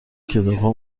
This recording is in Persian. کتابها